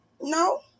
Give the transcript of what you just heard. No